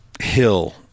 hill